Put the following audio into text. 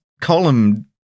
column